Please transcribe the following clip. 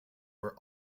were